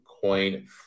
coin